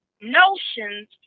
notions